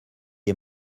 est